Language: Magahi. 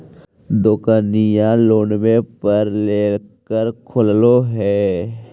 दोकनिओ लोनवे पर लेकर खोललहो हे?